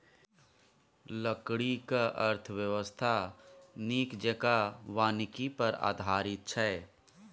लकड़ीक अर्थव्यवस्था नीक जेंका वानिकी पर आधारित छै